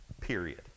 period